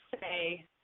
say